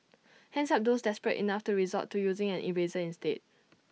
hands up those desperate enough to resort to using an eraser instead